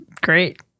great